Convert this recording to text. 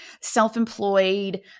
self-employed